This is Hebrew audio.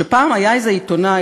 שפעם היה איזה עיתונאי,